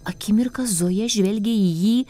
akimirką zoja žvelgė į jį